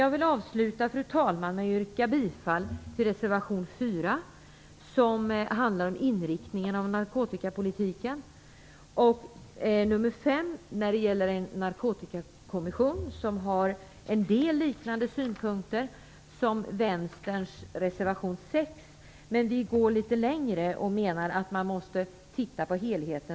Jag vill avsluta med att yrka bifall till reservation 4 som handlar om inriktningen av narkotikapolitiken och till reservation 5 som gäller en narkotikakommission. I denna reservation finns en del synpunkter som överensstämmer med Vänsterns i reservation 6, men vi vill gå litet längre. Vi menar att man måste titta på helheten.